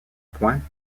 pointe